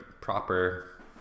proper